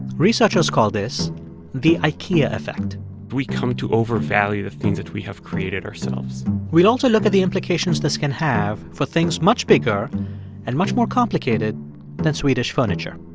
researchers call this the ikea effect we come to overvalue the things that we have created ourselves we'll also look at the implications this can have for things much bigger and much more complicated than swedish furniture.